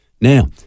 Now